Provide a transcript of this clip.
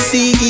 See